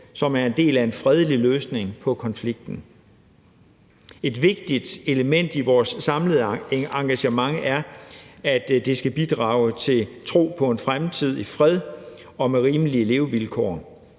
er en del af en fredelig løsning på konflikten. Et vigtigt element i vores samlede engagement er, at det skal bidrage til tro på en fremtid i fred og med rimelige levevilkår.